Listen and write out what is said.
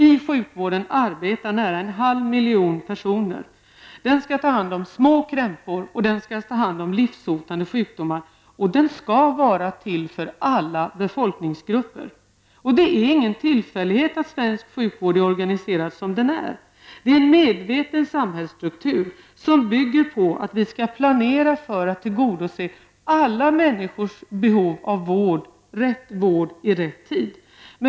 I sjukvården arbetar nästan en halv miljon personer. Sjukvården skall ta hand om allt ifrån små krämpor till livshotande sjukdomar. Den skall vara till för alla befolkningsgrupper. Det är ingen tillfällighet att svensk sjukvård är organiserad som den är. Det är en medveten samhällsstruktur som bygger på att vi skall planera för att tillgodose alla människors behov av vård -- rätt vård i rätt tid.